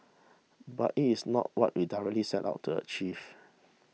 but it is not what we directly set out to achieve